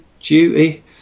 Duty